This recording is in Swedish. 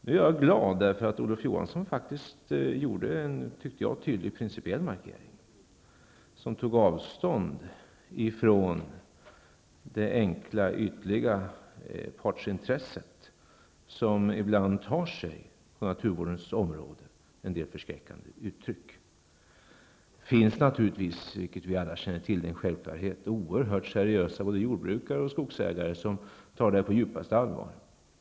Nu är jag glad för att Olof Johansson faktiskt, som jag tycker, gjorde en tydlig principiell markering, där han tog avstånd från det enkla, ytliga partsintresset, som ibland på naturvårdens område tar sig en del förskräckande uttryck. Det finns naturligtvis, som vi alla känner till -- och det är en självklarhet -- oerhört seriösa både jordbrukare och skogsägare, som tar det här på djupaste allvar.